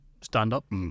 stand-up